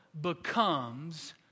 becomes